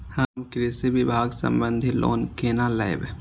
हम कृषि विभाग संबंधी लोन केना लैब?